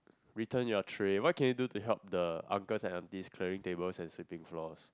return your tray what can you do to help the uncles and aunties clearing tables and sweeping floors